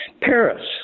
Paris